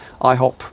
IHOP